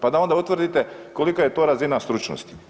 Pa da onda utvrdite kolika je to razina stručnosti.